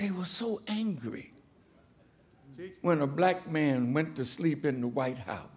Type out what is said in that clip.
they were so angry when a black man went to sleep in the white